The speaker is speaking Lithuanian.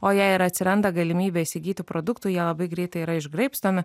o jei ir atsiranda galimybė įsigyti produktų jie labai greitai yra išgraibstomi